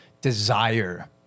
desire